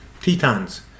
Tetons